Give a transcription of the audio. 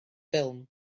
ffilm